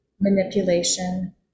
manipulation